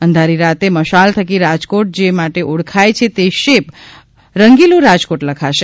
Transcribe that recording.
અંધારી રાતે મશાલ થકી રાજકોટ જે માટે ઓળખાય છે તે શેપ રંગીલું રાજકોટ લખાશે